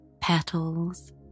Petals